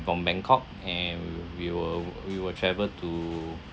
from bangkok and we will we will travel to